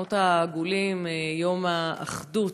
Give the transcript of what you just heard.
מהשולחנות העגולים, יום האחדות.